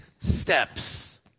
steps